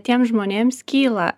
tiems žmonėms kyla